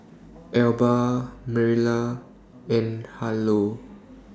Elba Mariela and Harlow